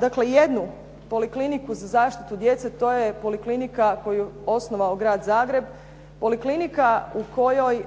dakle jednu polikliniku za zaštitu djece, to je poliklinika koju je osnovao Grad Zagreb. Poliklinika u kojoj